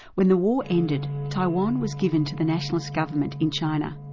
when the war ended, taiwan was given to the nationalist government in china.